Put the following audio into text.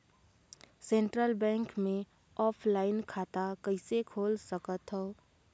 Central bank मे offline खाता कइसे खोल सकथव?